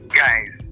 guys